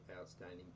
outstanding